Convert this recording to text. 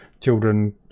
children